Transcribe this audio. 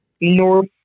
north